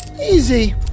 Easy